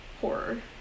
horror